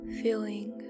feeling